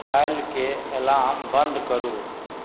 काल्हिके एलार्म बन्द करू